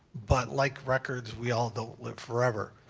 but like records, we all don't live forever.